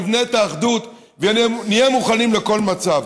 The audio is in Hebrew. נבנה את האחדות ונהיה מוכנים לכול מצב.